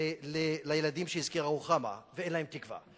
הילדים שהזכירה רוחמה, ואין להם תקווה.